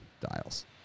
dials